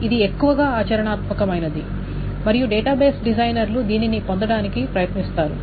ఇది ఎక్కువగా ఆచరణాత్మకమైనది మరియు డేటాబేస్ డిజైనర్లు దీనిని పొందటానికి ప్రయత్నిస్తారు